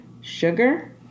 sugar